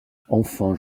enfin